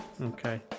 Okay